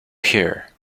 here